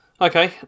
Okay